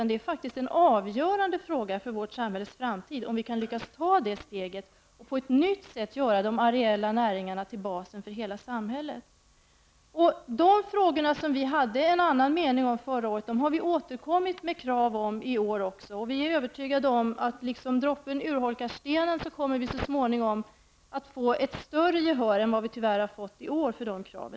Det är en avgörande fråga för vårt samhälles framtid om vi lyckas ta det steget och på ett nytt sätt göra de areella näringarna till basen för hela samhället. I de frågor där vi i vänsterpartiet förra året hade en annan mening har vi också i år återkommit med krav. Vi är övertygade om att liksom droppen urholkar stenen kommer vi så småningom att få ett större gehör för dessa krav än det vi tyvärr har fått i år.